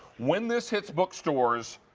when this hits bookstores,